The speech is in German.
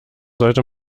sollte